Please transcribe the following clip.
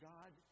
God